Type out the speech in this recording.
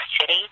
city